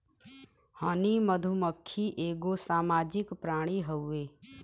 हनी मधुमक्खी एगो सामाजिक प्राणी हउवे